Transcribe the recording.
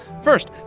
First